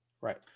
Right